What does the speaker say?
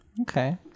okay